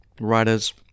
writers